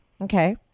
Okay